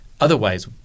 otherwise